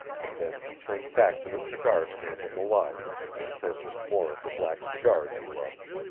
and then he turned back to the cigar stand in the lobby and purchased more of the black cigars he loved.